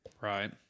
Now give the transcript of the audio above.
Right